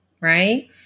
right